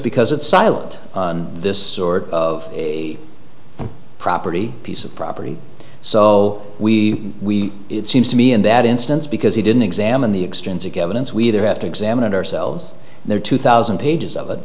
because it's silent on this sort of property piece of property so we we it seems to me in that instance because he didn't examine the extensive givens we either have to examine it ourselves there are two thousand pages of it